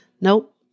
Nope